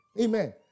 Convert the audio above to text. Amen